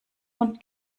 und